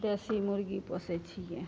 देशी मुर्गी पोसै छियै